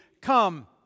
Come